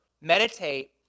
meditate